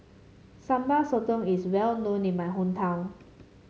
Sambal Sotong is well known in my hometown